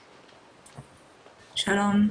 שלום.